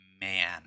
man